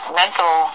mental